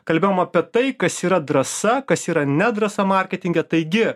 kalbėjom apie tai kas yra drąsa kas yra nedrąsa marketinge taigi